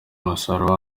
umusaruro